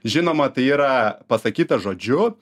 žinoma tai yra pasakyta žodžiu